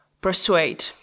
persuade